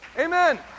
Amen